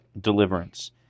deliverance